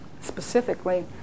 specifically